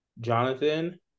Jonathan